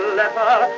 letter